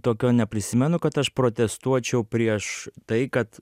tokio neprisimenu kad aš protestuočiau prieš tai kad